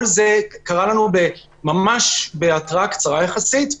כל זה קרה לנו בהתראה קצרה יחסית.